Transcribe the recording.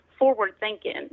forward-thinking